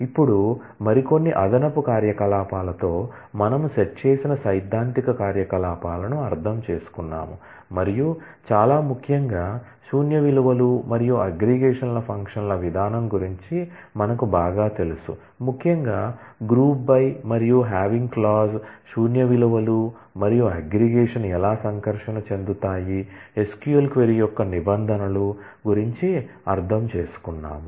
ఇప్పుడు మరికొన్ని అదనపు కార్యకలాపాలతో మనము సెట్ చేసిన సైద్ధాంతిక కార్యకలాపాలను అర్థం చేసుకున్నాము మరియు చాలా ముఖ్యంగా శూన్య విలువలు మరియు అగ్రిగేషన్ ఫంక్షన్ల విధానం గురించి మనకు బాగా తెలుసు ముఖ్యంగా గ్రూప్ బై శూన్య విలువలు మరియు అగ్రిగేషన్ ఎలా సంకర్షణ చెందుతాయి SQL క్వరీ యొక్క నిబంధనలు గురించి అర్థం చేసుకున్నాము